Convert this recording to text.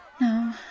no